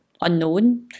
unknown